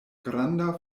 granda